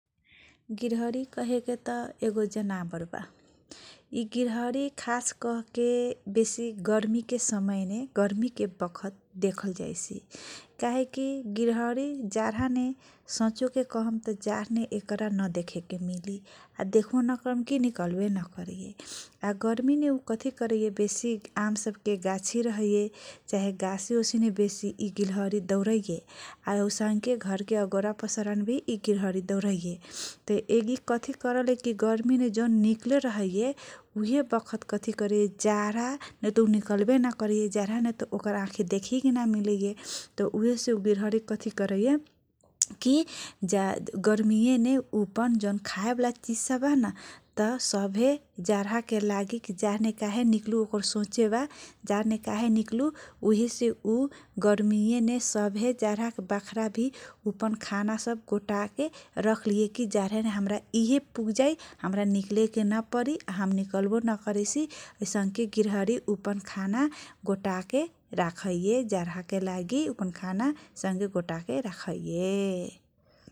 गिरहरी कहेकेत एगो जनावरबा इगिरहरी खास कहके बेसी गर्मीके समयने गर्मीके बखत देखल जैसी काहेकी गिरहरी जरहाने साचेके कहम तह जारहने नदेखेके मिलीआ देखबो नकरमकी निकलबो नाकरैये । आ गर्मिने कथि करै बेसी आम सबके गाछी रहैये । चाहे गासीने बेसी गिरहरी दौरैये आ औसँके घरके अगोरा पसोरामे भी इं गिरहरी दौरैये तह इ कथी करलै जवन गर्मिने निकलल रहैये उहेबखत कथि करैये जराहा नेत उ निकलबे नकरैयेजरहाने ओकर आखी देखहीके मिलैये तह उ हेसे उ गिरहरी कथि करैये । कि ज गर्मीयने उपन जवन खाएबाला चिजसब बान तह सभे जारहाके लागि कि जरहमे कहे निक्लु कोकर सोचेबा जारहने काहे निकलु उहेसे उ गर्मियेमे उसभे जारहाके बाखरा भी उ अपन खाना सब गोटाके रखलिए । कि जरहाने हमरा इ हे पुगजाइ हमर निकले के नपरी आ हम निकल्बो नकरैसी अइसनके गिरहरी उअपन खाना गोटाके राखैये जारहाके लागि उ अपन खाना अइसनके गोटाके रखेये ।